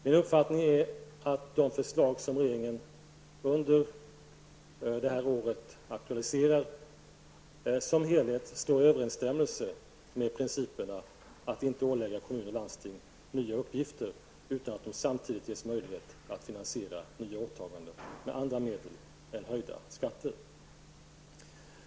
Min uppfattning är att de förslag som regeringen aktualiserar under detta år som helhet står i överensstämmelse med principen att inte ålägga kommuner och landsting nya uppgifter utan att de samtidigt ges möjlighet att finansiera nya åtaganden med andra medel än höjda skatter.